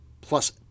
plus